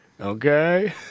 Okay